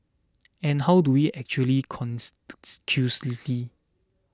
and how do we actually conclusively